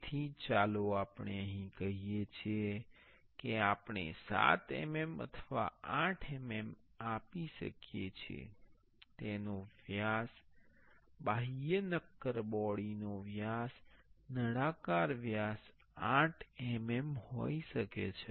તેથી ચાલો આપણે અહીં કહીએ કે આપણે 7 mm અથવા 8 mm આપી શકીએ છીએ તેનો વ્યાસ બાહ્ય નક્કર બોડી નો વ્યાસ નળાકાર વ્યાસ 8 mm હોઈ શકે છે